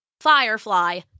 Firefly